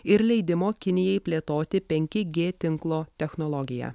ir leidimo kinijai plėtoti penki g tinklo technologiją